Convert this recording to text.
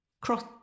Cross